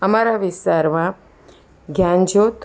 અમારાં વિસ્તારમાં જ્ઞાનજ્યોત